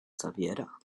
zawiera